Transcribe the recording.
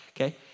Okay